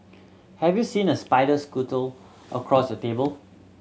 have you seen a spider scuttle across your table